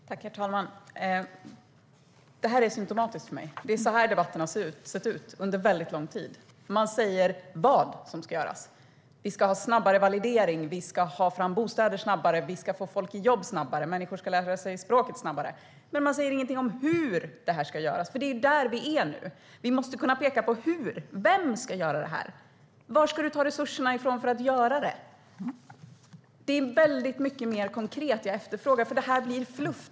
Herr talman! Detta är symtomatiskt enligt mig. Det är så här debatten har sett ut under väldigt lång tid. Man säger vad som ska göras - vi ska ha snabbare validering, vi ska ha fram bostäder snabbare och vi ska få folk i jobb snabbare. Människor ska lära sig språket snabbare. Men man säger ingenting om hur detta ska göras. Det är ju där vi är nu. Vi måste kunna peka på hur det ska göras och vem som ska göra detta. Varifrån ska du ta resurserna för att göra det, Christina Höj Larsen? Jag efterfrågar något mycket mer konkret, för det här blir fluff.